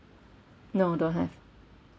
no don't have